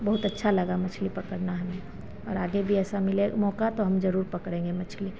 बहुत अच्छा लगा मछली पकड़ना हमें और आगे भी ऐसा मिलेगा मौका तो हम ज़रूर पकड़ेंगे मछली